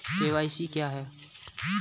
KYC क्या है?